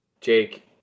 Jake